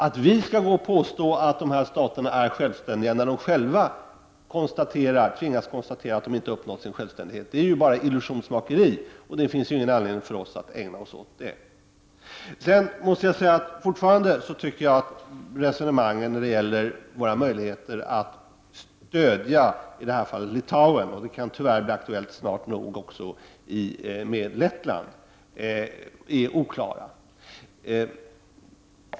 Att vi skulle gå och påstå att dessa stater är självständiga när de själva tvingas konstatera att de inte har uppnått sin självständighet, är bara illusionsmakeri. Det finns ingen anledning för oss att ägna oss åt sådant. Fortfarande tycker jag att resonemanget när det gäller våra möjligheter att stödja i det här fallet Litauen — det kan tyvärr snart också bli aktuellt med Lettland — är oklart.